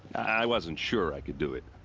i wasn't sure i could do it.